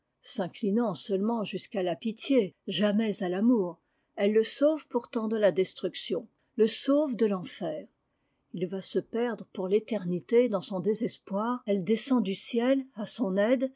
nant seulement jusqu'à la pitié jamais à l'amour j elle le sauve pourtant de la destruction le sauve de l'enfer il va se perdre pour l'éternité dans son j désespoir elle descend du ciel à son aide